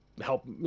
help